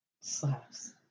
Slaps